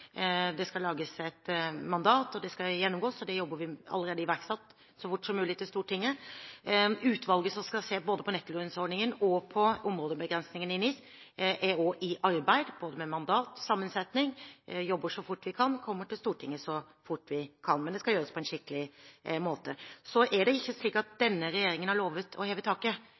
Det skal lages et mandat, og det skal gjennomgås, og det vil komme så fort som mulig til Stortinget. Utvalget som skal se på både nettolønnsordningen og områdebegrensningene i NIS, er også i arbeid, både med mandat og sammensetning. Vi jobber så fort vi kan, og kommer til Stortinget så fort vi kan. Men det skal gjøres på en skikkelig måte. Så er det ikke slik at denne regjeringen har lovet å heve taket.